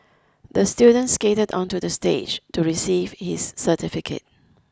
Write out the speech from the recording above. the student skated onto the stage to receive his certificate